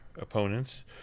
opponents